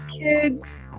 kids